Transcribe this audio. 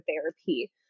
therapy